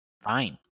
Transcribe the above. Fine